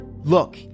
look